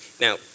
now